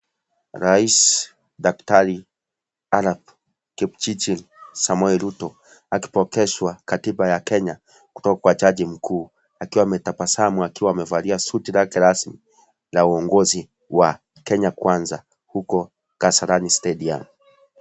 Rais daktari Arap Kipchirchir Samoei Ruto, akipokeshwa katiba ya Kenya kutoka kwa jaji mkuu akiwa ametabasamu akiwa amevalia suti lake rasmi la uongozi wa Kenya Kwanza, huko Kasarani Stadium.